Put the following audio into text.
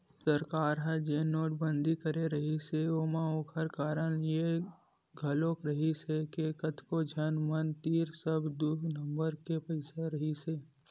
सरकार ह जेन नोटबंदी करे रिहिस हे ओमा ओखर कारन ये घलोक रिहिस हे के कतको झन मन तीर सब दू नंबर के पइसा रहिसे हे